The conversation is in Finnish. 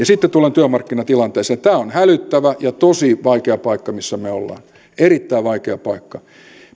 sitten tullaan työmarkkinatilanteeseen tämä on hälyttävä ja tosi vaikea paikka missä me olemme erittäin vaikea paikka